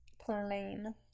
plain